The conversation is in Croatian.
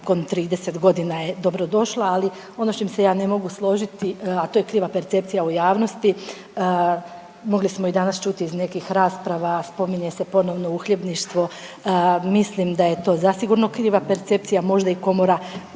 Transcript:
nakon 30 godina je dobro došla, ali ono s čim se ja ne mogu složiti, a to je kriva percepcija u javnosti. Mogli smo i danas čuti iz nekih rasprava, a spominje se ponovno uhljebništvo. Mislim da je to zasigurno kriva percepcija. Možda i komora